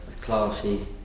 classy